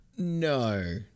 No